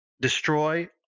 destroy